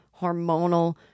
hormonal